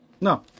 no